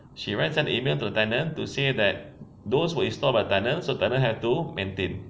she will send an email to the tenant to say that those who install are tenant so tenant have to maintain